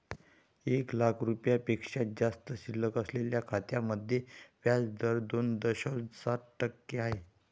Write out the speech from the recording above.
एक लाख रुपयांपेक्षा जास्त शिल्लक असलेल्या खात्यांमध्ये व्याज दर दोन दशांश सात टक्के आहे